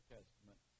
Testament